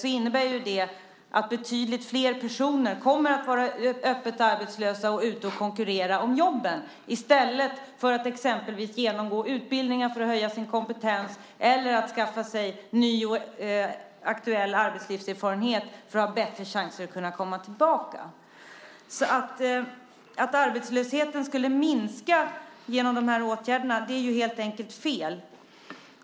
Det innebär att betydligt fler personer kommer att vara öppet arbetslösa och konkurrera om jobben i stället för att exempelvis genomgå utbildningar för att höja sin kompetens eller skaffa sig ny och aktuell arbetslivserfarenhet för att ha större chans att komma tillbaka. Att arbetslösheten skulle minska genom era åtgärder är helt enkelt fel.